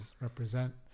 represent